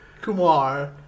Kumar